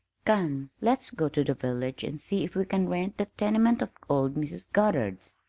come, let's go to the village and see if we can rent that tenement of old mrs. goddard's.